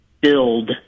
build